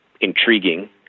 intriguing